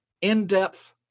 in-depth